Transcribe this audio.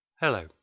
Hello